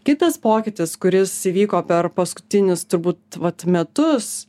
kitas pokytis kuris įvyko per paskutinius turbūt vat metus